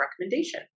recommendation